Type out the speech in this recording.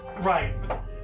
Right